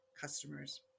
Customers